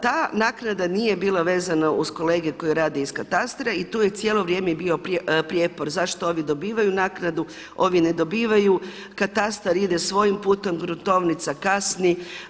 Ta naknada nije bila vezana uz kolege koji rade iz katastra i tu je cijelo vrijeme i bio prijepor zašto ovi dobivaju naknadu, ovi ne dobivaju, katastar ide svojim putem, gruntovnica kasni.